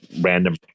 random